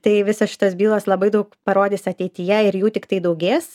tai visos šitos bylos labai daug parodys ateityje ir jų tiktai daugės